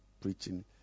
preaching